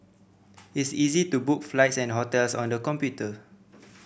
it's easy to book flights and hotels on the computer